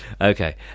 Okay